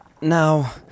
Now